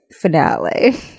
finale